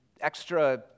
extra